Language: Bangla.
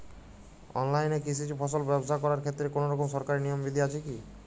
অনলাইনে কৃষিজ ফসল ব্যবসা করার ক্ষেত্রে কোনরকম সরকারি নিয়ম বিধি আছে কি?